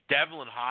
Devlin